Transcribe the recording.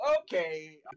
Okay